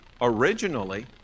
originally